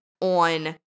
on